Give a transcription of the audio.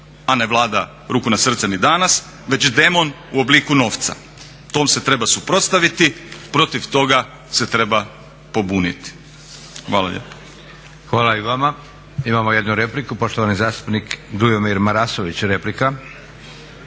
a ne vlada ruku na srce ni danas, već demon u obliku novca. Tom se treba suprotstaviti, protiv toga se treba pobuniti. Hvala lijepa. **Leko, Josip (SDP)** Hvala i vama. Imamo jednu repliku, poštovani zastupnik Dujomir Marasović.